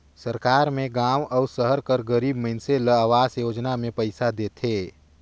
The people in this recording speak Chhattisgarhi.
सरकार में गाँव अउ सहर कर गरीब मइनसे ल अवास योजना में पइसा देथे